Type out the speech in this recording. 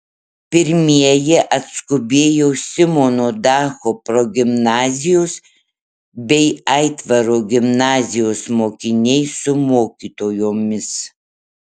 pirmieji atskubėjo simono dacho progimnazijos bei aitvaro gimnazijos mokiniai su mokytojomis